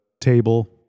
table